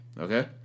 okay